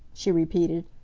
she repeated.